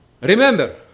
Remember